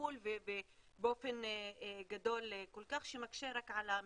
כפול ובאופן גדול כל כך שרק מקשה על המשפחות.